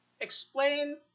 explain